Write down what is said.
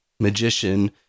magician